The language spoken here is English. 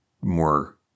more